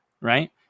right